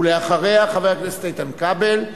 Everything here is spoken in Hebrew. ואחריה, חברי הכנסת איתן כבל,